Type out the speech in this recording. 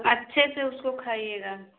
अच्छे से उसको खाइएगा